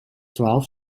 twaalf